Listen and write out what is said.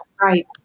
Right